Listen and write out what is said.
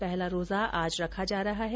पहला रोजा आज रखा जा रहा है